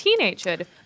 teenagehood